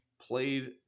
played